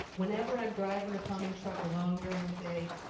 whenever i am driving the plumbing truck alone during the day,